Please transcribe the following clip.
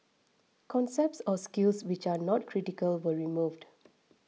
concepts or skills which are not critical were removed